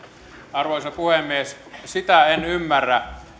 arvoisa puhemies sitä en ymmärrä